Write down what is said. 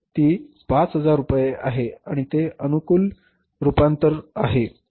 तेच म्हणणे 5000 रुपये आहे आणि ते अनुकूल रूपांतर आहे